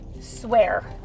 swear